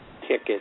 ticket